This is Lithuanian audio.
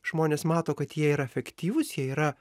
žmonės mato kad jie yra efektyvūs jie yra